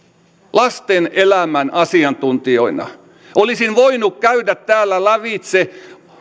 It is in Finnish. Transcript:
lasten elämän asiantuntijoina olisin voinut käydä täällä lävitse